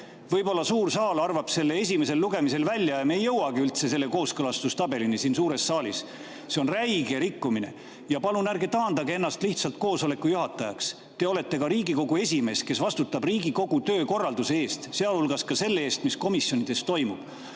Võib-olla suur saal arvab selle esimesel lugemisel välja ja me ei jõuagi selle kooskõlastustabelini siin suures saalis. See on räige rikkumine! Ja palun ärge taandage ennast lihtsalt istungi juhatajaks. Te olete ka Riigikogu esimees, kes vastutab Riigikogu töö korralduse eest, sealhulgas selle eest, mis komisjonides toimub.